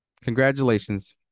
Congratulations